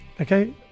okay